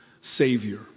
savior